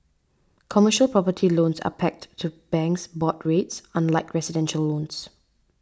commercial property loans are pegged to banks' board rates unlike residential loans